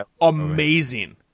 amazing